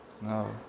No